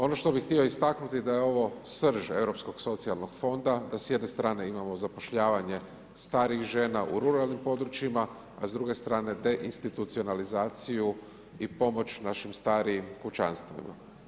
Ono što bih htio istaknuti da je ovo srž Europskog socijalnog fonda, da s jedne strane imamo zapošljavanje starijih žena u ruralnim područjima, a s druge strane deinstitunalizaciju i pomoć našim starijim kućanstvima.